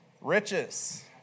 Riches